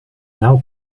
now